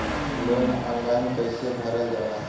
Loan online कइसे भरल जाला?